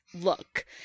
Look